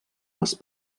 les